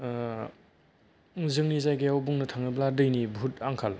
ओ जोंनि जायगायाव बुंनो थाङोब्ला दैनि बुहुत आंखाल